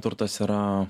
turtas yra